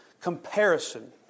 comparison